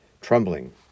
trembling